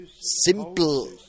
simple